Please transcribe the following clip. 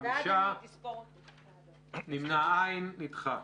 5 לא אושרה.